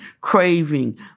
craving